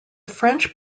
french